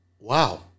Wow